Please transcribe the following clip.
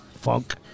Funk